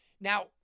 Now